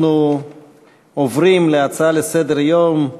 אנחנו עוברים להצעות לסדר-היום,